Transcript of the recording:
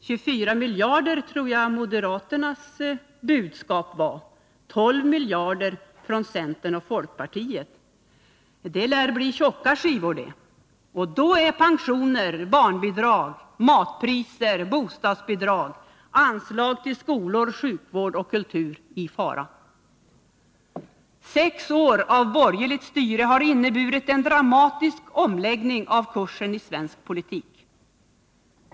24 miljarder tror jag moderaternas budskap var och 12 miljarder från centern och folkpartiet. Det blir tjocka skivor. Då är pensioner, barnbidrag, matpriser, bostadsbidrag, anslag till skolor, sjukvård och kultur i fara. Sex år av borgerligt styre har inneburit en dramatisk omläggning äv den kursen i svensk politik.